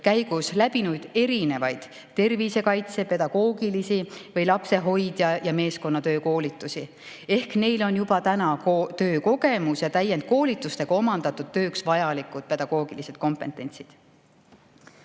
käigus läbinud erinevaid tervisekaitse‑, pedagoogilisi või lapsehoidja‑ ja meeskonnatöö koolitusi ehk neil on juba olemas töökogemused ja täiendkoolitustega omandatud tööks vajalikud pedagoogilised kompetentsid.